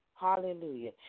Hallelujah